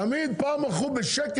אם יש שוק לא תחרותי בישראל זה שוק העוף.